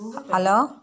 hello